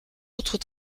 autres